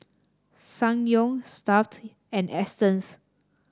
Ssangyong Stuff'd and Astons